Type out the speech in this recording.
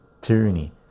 tyranny